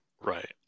Right